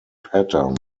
pattern